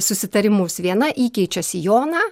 susitarimus viena įkeičia sijoną